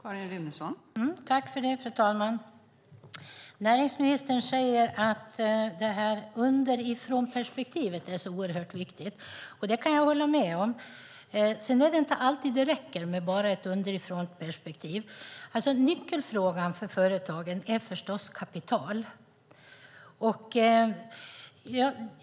Fru talman! Näringsministern säger att underifrånperspektivet är viktigt. Det kan jag hålla med om, men det räcker inte alltid. Nyckelfrågan för företagen är förstås kapital.